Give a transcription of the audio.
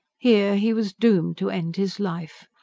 here he was doomed to end his life,